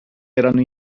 erano